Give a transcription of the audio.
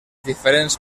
diferents